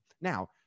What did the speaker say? Now